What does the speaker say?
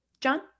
John